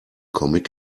comic